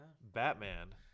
Batman